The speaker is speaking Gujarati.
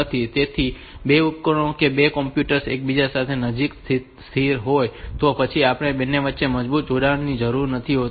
તેથી જો બે ઉપકરણો કે બે કમ્પ્યુટર્સ એકબીજાની નજીક સ્થિત હોય તો પછી આપણને તેમની વચ્ચે મજબૂત જોડાણની જરૂર નથી હોતી